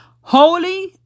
holy